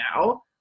now